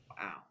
Wow